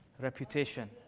reputation